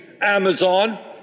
Amazon